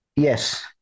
Yes